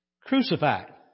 crucified